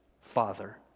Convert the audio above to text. Father